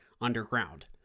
underground